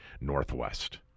Northwest